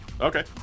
Okay